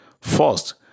First